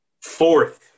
fourth